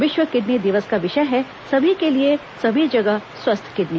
विश्व किडनी दिवस का विषय है सभी के लिए सभी जगह स्वस्थ किडनी